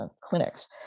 clinics